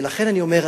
ולכן אני אומר,